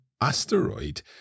asteroid